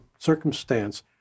circumstance